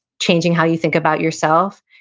changing how you think about yourself,